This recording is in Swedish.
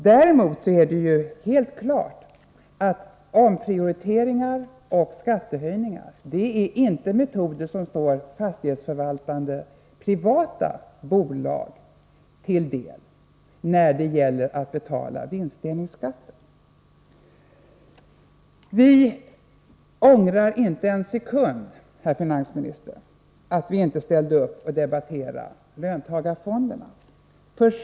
Det är ju alldeles klart att omprioriteringar och skattehöjningar är metoder som inte står fastighetsförvaltande privata bolag till buds när det gäller att betala vinstdelningsskatten. Vi ångrar inte, herr finansminister, att vi inte ställde upp och debatterade löntagarfondernas utformning.